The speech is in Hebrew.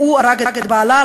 הוא הרג את בעלה,